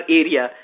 area